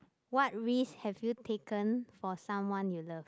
what risk have you taken for someone you love